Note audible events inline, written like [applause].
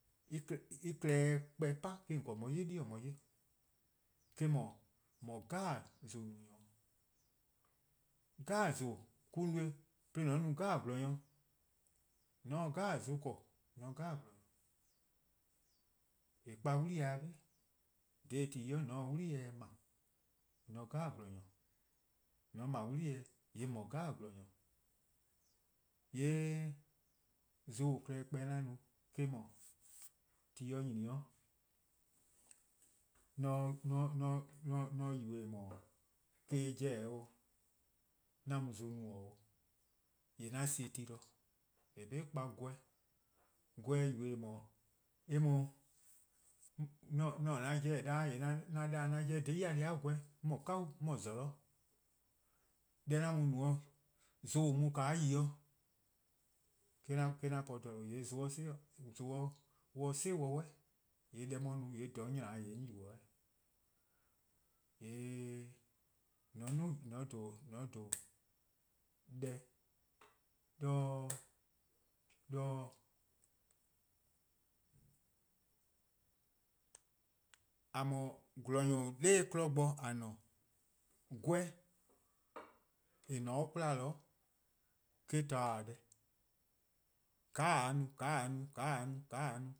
[hesitation] en-' klehkpeh 'pan mu :korn :on 'ye 'yli :dbo-dih: :on 'ye 'ye, eh :mor :mor :zulu: 'jeh nyor 'o. :zulu: 'jeh mo-: :an no-eh 'de :an no nyor 'jeh. :mor :on se zon 'jeh 'ble :on :se nyor 'jeh, :eh 'kpa 'wli-eh 'be, :mor :on se 'wli-eh 'ble :on :se nyor 'jeh, :mor :on 'ble 'wli-eh :yee' on no nyor 'jeh. :yee' zon-a klehkpeh 'an no-a eh-: 'dhu, :mor ti nyni 'o [hesitation] :mor 'on yubo-eh :eh :mor eh yor-eh 'oo' 'an mu zon no 'o :yee' 'an sie ti de, :eh :korn 'de 'kpa-: 'gweh, :mor 'gweh yubo-eh :eh :mor [hesitation] :mor 'on :taa 'an 'jeh 'da :yee' 'an 'da-dih 'an 'jeh dein-a 'dei' 'gweh, on :mor 'kau, 'on :mor :zorlor'. Deh 'an mu-a no-', zon :an mu-a 'de yi-: [hesitation] mo-: 'an po :dha :due' :yee' [hesitation] :mor zon si-dih 'suh, :yee' deh 'on 'ye-a no :dha 'on :nya-a dih 'on yubo 'o 'weh. :yee' [hesitation] dhen deh, [hesitation] :a :mor :gwlor-nynor+ dha 'kmo :a :ne-a', 'gweh, :eh :ne-a 'de 'kwla 'zorn eh-: torne' :a deh :ka :a 'ye-a no, :ka :a 'ye-a no :ka :a 'ye-a no.